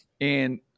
And-